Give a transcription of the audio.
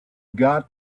got